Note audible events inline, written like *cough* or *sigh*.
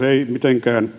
*unintelligible* ei mitenkään *unintelligible*